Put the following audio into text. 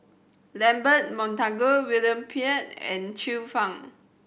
Lambert Montague William Pett and Xiu Fang